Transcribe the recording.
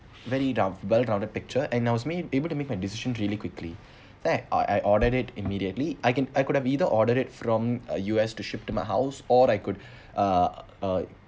very delve out of the picture and I was me able to make my decision really quickly then I I ordered it immediately I can I could have either ordered it from uh U_S to ship to my house or I could uh uh